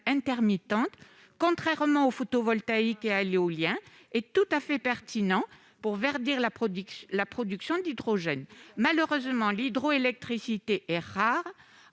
intermittente, contrairement au photovoltaïque et à l'éolien, est tout à fait pertinent pour verdir la production d'hydrogène. Malheureusement, l'hydroélectricité est rare